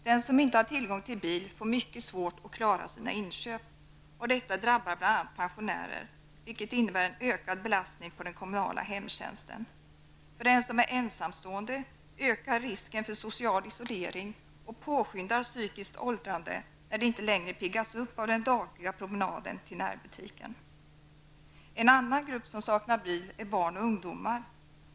Den som inte har tillgång till bil får mycket svårt att klara av sina inköp. Detta drabbar bl.a. pensionärer, vilket innebär en ökad belastning på den kommunala hemtjänsten. För dem som är ensamstående ökas risken för social isolering och påskyndas psykiskt åldrande när de inte längre piggas upp av den dagliga promenaden till närbutiken. En annan grupp som saknar bil är barn och ungdomar.